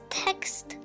text